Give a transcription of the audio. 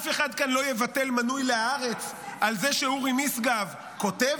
אף אחד כאן לא יבטל מנוי להארץ על זה שאורי משגב כותב